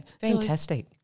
Fantastic